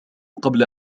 قبل